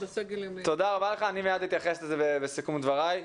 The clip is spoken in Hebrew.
תודה רבה לך, אני אתייחס לזה בסיכום דבריי.